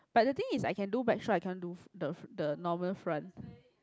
but the thing is I can do backstroke I can't do the the normal front